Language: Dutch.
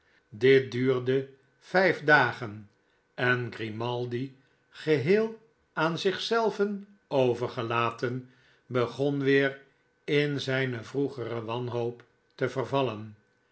dit duurde vijf dagen en grimaldi geheel aan zich zelven overgelaten begon weer in zijne vroegere wanhoop te vervallen